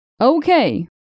Okay